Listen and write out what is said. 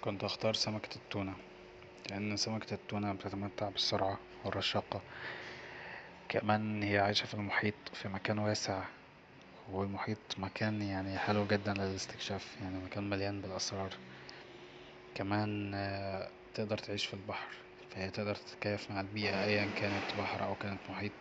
كنت هختار سمكة التونة لأن سمكة التونة بتتمتع بالسرعة والرشاقة كمان هي عايشة في المحيط مكان واسع والمحيط مكان يعني حلو جدا للاستكشاف يعني مكان مليان بالاسرار كمان تقدر تعيش في البحر ف هي تقدر تتكيف مع البيئة أيا كانت بحر أو محيط